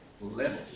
Level